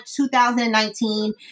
2019